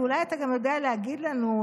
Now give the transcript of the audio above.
ואולי אתה גם יודע להגיד לנו,